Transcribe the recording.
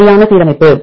சரியான சீரமைப்பு